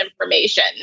information